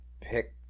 pick